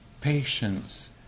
patience